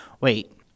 wait